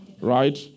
right